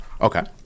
Okay